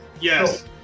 Yes